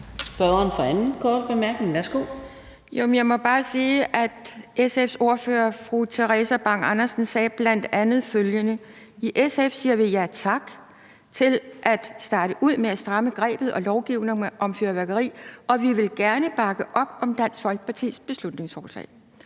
Kjærsgaard (DF): Jamen jeg må bare sige, at SF's daværende ordfører, fru Theresa Berg Andersen, bl.a. sagde følgende: I SF siger vi ja tak til at starte ud med at stramme grebet omkring lovgivningen om fyrværkeri, og vi vil gerne bakke op om Dansk Folkepartis beslutningsforslag.